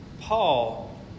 Paul